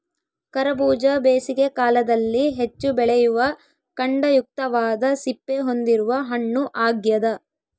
ಕರಬೂಜ ಬೇಸಿಗೆ ಕಾಲದಲ್ಲಿ ಹೆಚ್ಚು ಬೆಳೆಯುವ ಖಂಡಯುಕ್ತವಾದ ಸಿಪ್ಪೆ ಹೊಂದಿರುವ ಹಣ್ಣು ಆಗ್ಯದ